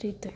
રીતે